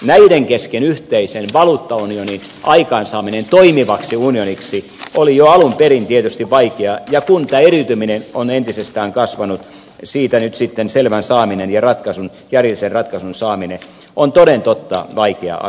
näiden kesken yhteisen valuuttaunionin aikaansaaminen toimivaksi unioniksi oli jo alun perin tietysti vaikeaa ja kun tämä eriytyminen on entisestään kasvanut siitä nyt sitten selvän saaminen ja järjellisen ratkaisun saaminen on toden totta vaikea asia